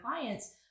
clients